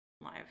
live